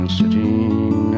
sitting